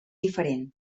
diferent